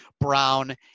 Brown